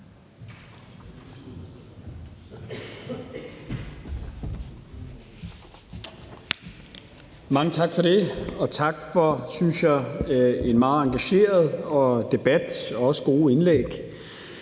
Mange tak for det, og tak for en, synes jeg, meget engageret debat og også nogle gode indlæg.